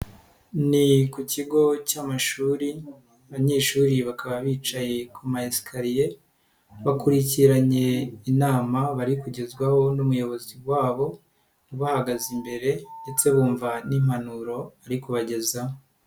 Ni ku kigo cy'amashuri, abanyeshuri bakaba bicaye kuma esikariye, bakurikiranye inama bari kugezwaho n'umuyobozi wabo, ubahagaze imbere ndetse bumva n'impanuro ari kubagezaho.